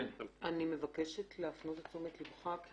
אני מבקשת להפנות את תשומת ליבך כי